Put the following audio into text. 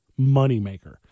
Moneymaker